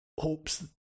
hopes